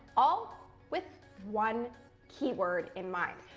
all with one keyword in mind.